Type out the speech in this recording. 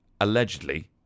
Allegedly